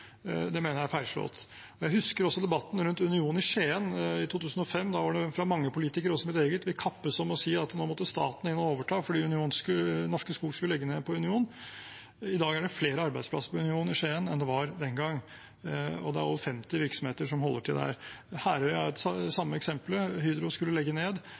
Det mener jeg er feilslått. Jeg husker også debatten om Union i Skien i 2005. Da var det mange politikere, også fra mitt eget parti, som gikk ut og kaptes om å si at nå måtte staten overta, fordi Norske skog skulle legge ned på Union. I dag er det flere arbeidsplasser på Union i Skien enn det var den gang. Det er over 50 virksomheter som holder til der. Herøya er et liknende eksempel. Hydro skulle legge ned.